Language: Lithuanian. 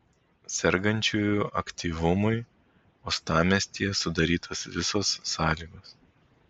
sergančiųjų aktyvumui uostamiestyje sudarytos visos sąlygos